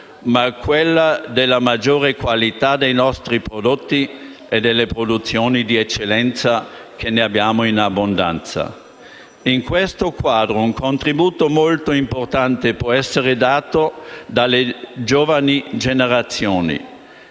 ma quella della maggiore qualità dei nostri prodotti e delle produzioni d'eccellenza (e noi ne abbiamo in abbondanza). In questo quadro, un contributo molto importante può essere dato dalle giovani generazioni.